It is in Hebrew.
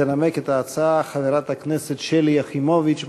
תנמק את ההצעה חברת הכנסת שלי יחימוביץ.